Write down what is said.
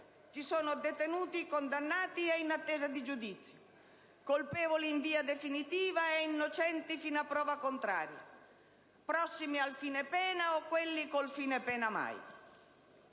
ci sono detenuti condannati ed in attesa di giudizio, colpevoli in via definitiva ed innocenti fino a prova contraria, prossimi al fine pena o quelli con il fine pena mai.